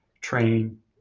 train